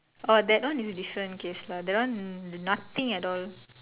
orh that one is different case lah that one nothing at all